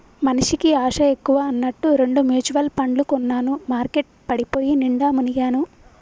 మనిషికి ఆశ ఎక్కువ అన్నట్టు రెండు మ్యుచువల్ పండ్లు కొన్నాను మార్కెట్ పడిపోయి నిండా మునిగాను